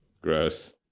Gross